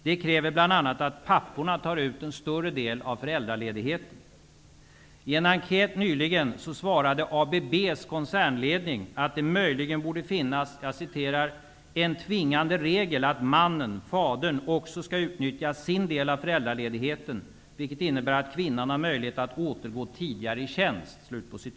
Det kräver bl.a. att papporna tar ut en större del av föräldraledigheten. I en enkät nyligen svarade ABB:s koncernledning att det möjligen borde finnas ''en tvingande regel att mannen/fadern också ska utnyttja sin del av föräldraledigheten, vilket innebär att kvinnan har möjlighet att återgå tidigare i tjänst.''